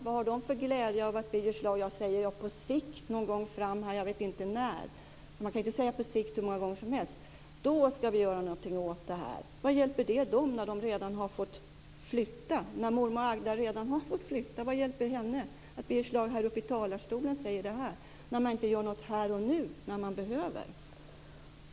Vad har de för glädje av att Birger Schlaug säger: På sikt någon gång framöver ska vi göra någonting åt det här. Jag vet inte när, för man kan inte säga "på sikt" hur många gånger som helst. Vad hjälper det folk när de redan har fått flytta? När mormor Agda redan har fått flytta - vad hjälper det då henne att Birger Schlaug här uppe i talarstolen säger det här, när man inte gör något här och nu, när det behövs?